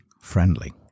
friendly